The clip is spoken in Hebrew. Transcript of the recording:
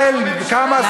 אדוני,